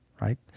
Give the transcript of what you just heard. right